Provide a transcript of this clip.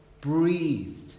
breathed